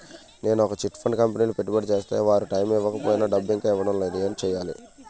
నేను ఒక chit fund కంపెనీలో పెట్టుబడి చేస్తే వారు టైమ్ ఇవ్వకపోయినా డబ్బు ఇంకా ఇవ్వడం లేదు ఏంటి చేయాలి?